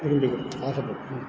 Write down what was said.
புரிஞ்சிக்கிறோம் ஆசைப்பட்றோம்